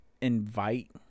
invite